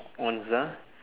onz ah